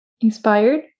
inspired